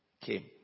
came